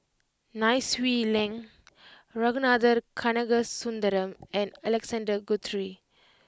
Nai Swee Leng Ragunathar Kanagasuntheram and Alexander Guthrie